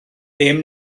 ddim